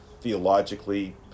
theologically